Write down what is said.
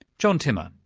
john timmer.